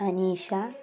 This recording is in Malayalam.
അനീഷ